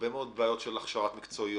הרבה מאוד בעיות של הכשרות מקצועיות,